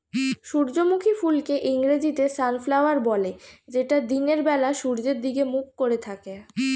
সূর্যমুখী ফুলকে ইংরেজিতে সানফ্লাওয়ার বলে যেটা দিনের বেলা সূর্যের দিকে মুখ করে থাকে